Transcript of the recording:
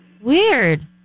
Weird